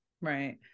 Right